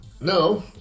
No